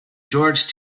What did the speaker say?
george